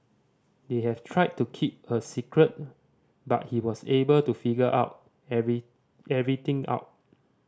they have tried to keep a secret but he was able to figure out every everything out